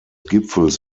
gipfels